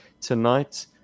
Tonight